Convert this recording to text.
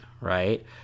right